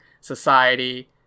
society